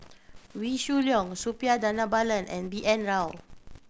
Wee Shoo Leong Suppiah Dhanabalan and B N Rao